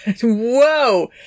Whoa